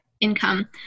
income